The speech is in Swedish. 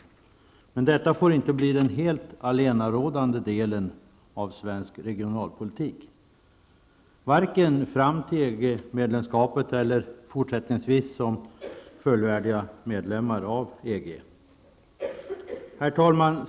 Men detta får inte bli den helt allenarådande delen av svensk regionalpolitik, varken fram till EG medlemskapet eller fortsättningsvis som fullvärdiga medlemmar av EG. Herr talman!